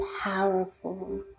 powerful